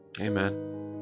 amen